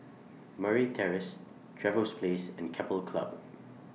Murray Terrace Trevose Place and Keppel Club